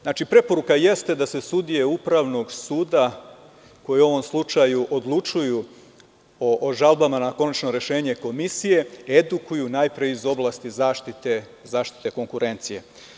Znači, preporuka jeste da se sudije Upravnog suda, koji u ovom slučaju odlučuju o žalbama na konačno rešenje komisije, edukuju najpre iz oblasti zaštite konkurencije.